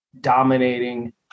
dominating